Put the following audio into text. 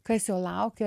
kas jo laukia